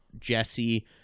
Jesse